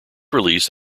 release